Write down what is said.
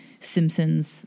Simpsons